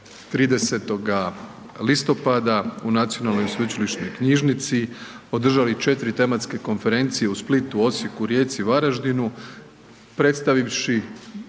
30. listopada u Nacionalnoj sveučilišnoj knjižnici, održali 4 tematske konferencije u Splitu, Osijeku, Rijeci, Varaždinu, predstavivši